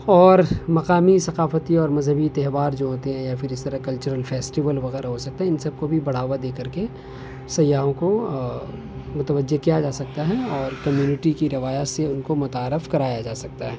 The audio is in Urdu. اور مقامی ثقافتی اور مذہبی تہوار جو ہوتے ہیں یا پھر اس طرح کلچرل فیسٹیول وغیرہ ہو سکتے ہیں ان سب کو بھی بڑھاوا دے کر کے سیاحوں کو متوجہ کیا جا سکتا ہے اور کمیونٹی کی روایات سے ان کو متعارف کرایا جا سکتا ہے